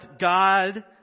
God